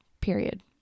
Period